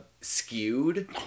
skewed